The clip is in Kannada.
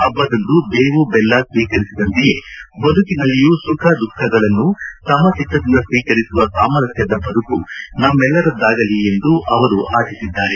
ಹಬ್ಬದಂದು ಬೇವು ದೆಲ್ಲ ಸ್ವೀಕರಿಸಿದಂತೆಯೇ ಬದುಕಿನಲ್ಲಿಯೂ ಸುಖ ದುಃಖಗಳನ್ನು ಸಮಚಿತ್ತದಿಂದ ಸ್ವೀಕರಿಸುವ ಸಾಮರಸ್ಥದ ಬದುಕು ನಮ್ಮೆಲ್ಲರದ್ದಾಗಲಿ ಎಂದು ಅವರು ಆಶಿಸಿದ್ದಾರೆ